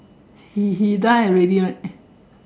he he die already right